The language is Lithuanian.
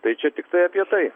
tai čia tiktai apie tai